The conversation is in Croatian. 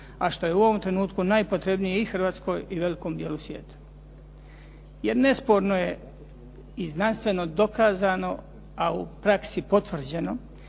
a što je u ovom trenutku najpotrebniji i Hrvatskoj i velikom dijelu svijeta. Jer nesporno je i znanstveno dokazano, a u praksi potvrđeno